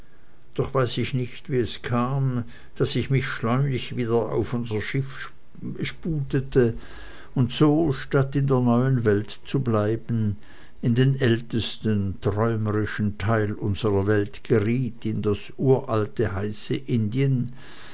doch weiß ich nicht wie es kam daß ich mich schleunig wieder auf unser schiff sputete und so statt in der neuen welt zu bleiben in den ältesten träumerischen teil unsrer welt geriet in das uralte heiße indien